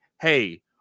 hey